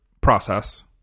process